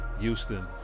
houston